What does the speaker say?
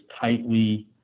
tightly